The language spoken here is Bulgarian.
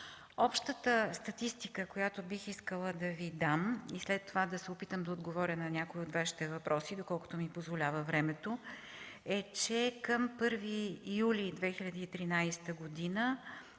Общата статистика, която бих искала да Ви дам, и след това да се опитам да отговоря на някои от Вашите въпроси, доколкото ми позволява времето, е, че към 1 юли 2013 г.